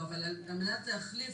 על מנת להחליף